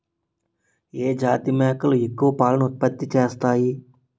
ఏ జాతి మేకలు ఎక్కువ పాలను ఉత్పత్తి చేస్తాయి?